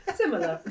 similar